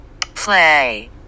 play